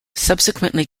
subsequently